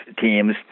teams